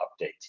updates